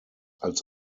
als